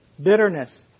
Bitterness